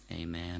Amen